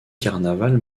carnaval